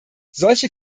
solche